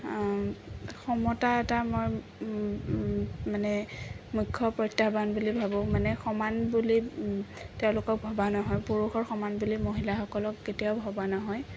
সমতা এটা মই মানে মূখ্য প্ৰত্যাহ্বান বুলি ভাবোঁ মানে সমান বুলি তেওঁলোকক ভবা নহয় পুৰুষৰ সমান বুলি মহিলাসকলক কেতিয়াও ভবা নহয়